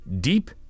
deep